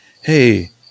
hey